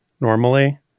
normally